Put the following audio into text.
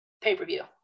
pay-per-view